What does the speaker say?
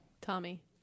Tommy